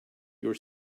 your